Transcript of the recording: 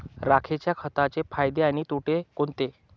राखेच्या खताचे फायदे आणि तोटे कोणते?